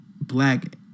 black